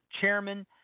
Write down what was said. Chairman